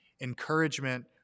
encouragement